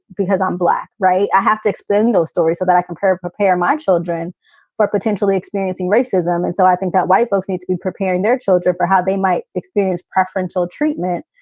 because i'm black. right. i have to explain those stories so that i can prepare prepare my children for potentially experiencing racism. and so i think that white folks need to be preparing their children for how they might experience preferential treatment.